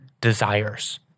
desires